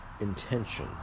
intention